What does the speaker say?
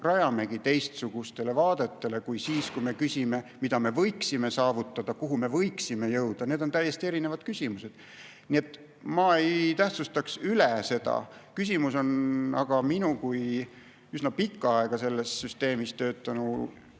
rajamegi teistsugustele vaadetele kui siis, kui me küsime, mida me võiksime saavutada, kuhu me võiksime jõuda. Need on täiesti erinevad küsimused. Nii et ma ei tähtsustaks seda üle. Küsimus on aga minu kui üsna pikka aega selles süsteemis töötanu